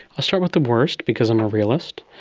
i'll start with the worst because i'm a realist.